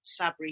Sabri